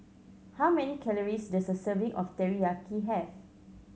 how many calories does a serving of Teriyaki have